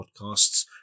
podcasts